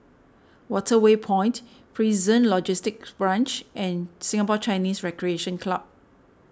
Waterway Point Prison Logistic Branch and Singapore Chinese Recreation Club